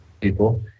people